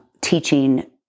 teaching